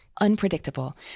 unpredictable